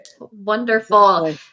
wonderful